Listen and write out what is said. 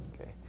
okay